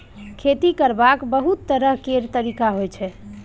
खेती करबाक बहुत तरह केर तरिका होइ छै